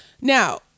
Now